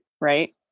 right